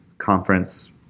Conference